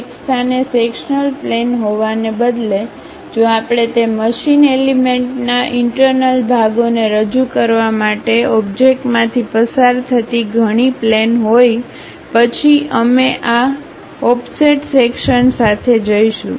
એક સ્થાને sectional plane હોવાને બદલે જો આપણે તે મશીન એલિમેન્ટના ઇન્ટર્નલભાગોને રજૂ કરવા માટે કોબ્જેક્ટમાંથી પસાર થતી ઘણી પ્લેન હોય પછી અમે આ ઓફસેટ સેક્શન્ સાથે જઈશું